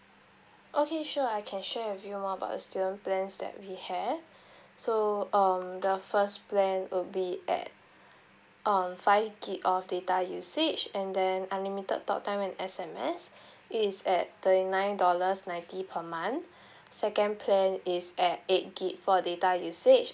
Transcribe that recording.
okay sure I can share with you more about the student plans that we have so um the first plan would be at um five gigabyte of data usage and then unlimited talk time and S_M_S it's at thirty nine dollars ninety per month second plan is at eight gigabyte for data usage